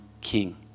king